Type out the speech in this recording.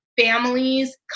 families